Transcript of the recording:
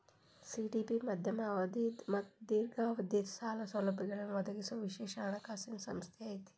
CDB ಮಧ್ಯಮ ಅವಧಿದ್ ಮತ್ತ ದೇರ್ಘಾವಧಿದ್ ಸಾಲ ಸೌಲಭ್ಯಗಳನ್ನ ಒದಗಿಸೊ ವಿಶೇಷ ಹಣಕಾಸಿನ್ ಸಂಸ್ಥೆ ಐತಿ